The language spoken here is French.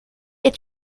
est